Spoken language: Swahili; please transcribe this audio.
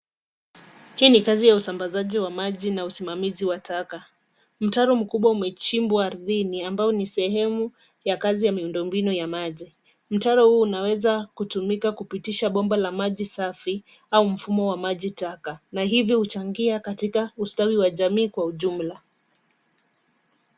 Hii ni kazi ya usambazaji wa maji na usimamizi wa taka. Mtaro mkubwa umechimbwa ardhini, ambao ni sehemu, ya kazi ya miundo mbinu ya maji. Mtaro huu unaweza kutumika kupitisha bomba la maji safi, au mfumo wa maji taka, na hivyo huchangia katika ustawi wa jamii kwa ujumla.